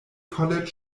college